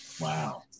Wow